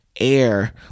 air